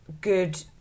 good